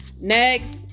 Next